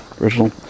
original